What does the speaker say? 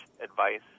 advice